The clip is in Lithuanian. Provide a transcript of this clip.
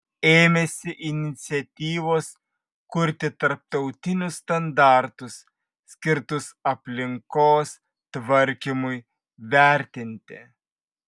ėmėsi iniciatyvos kurti tarptautinius standartus skirtus aplinkos tvarkymui vertinti